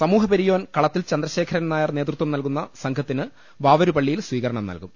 സ്മൂഹപെരിയോൻ കളത്തിൽ ചന്ദ്രശേഖരൻനായർ നേതൃത്വം നൽകുന്ന സംഘത്തിന് വാവര്പള്ളിയിൽ സ്വീകരണം നൽകും